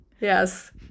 Yes